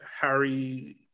Harry